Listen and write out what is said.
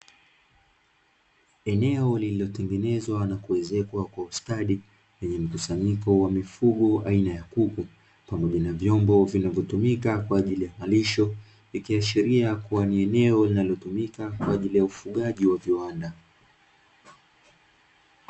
Eneo lililotengenezwa ,na kuezekwa kwa ustadi lenye mkusanyiko wa mifugo aina ya kuku pamoja na vyombo vinavyotumika kwa ajili ya malisho ikiashiria kuwa ni eneo linalotumika kwa ajili ya ufugaji wa viwanda .